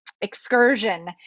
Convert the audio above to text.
excursion